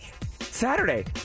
Saturday